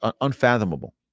unfathomable